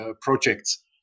projects